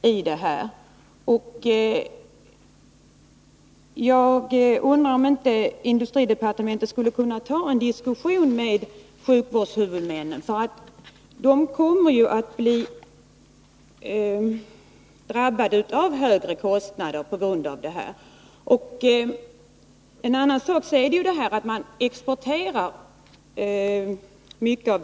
Jag undrar därför om inte industridepartementet skulle kunna ta en diskussion med sjukvårdshuvudmännen och tala om för dem att de kommer att bli drabbade av högre kostnader. Som jag sade exporteras mycket av den radiofarmaka som produceras i Sverige.